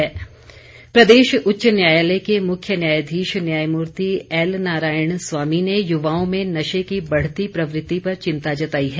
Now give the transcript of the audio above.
high court प्रदेश उच्च न्यायालय के मुख्य न्यायाधीश न्यायमूर्ति एल नारायण स्वामी ने युवाओं में नशे की बढ़ती प्रवृति पर चिंता जताई है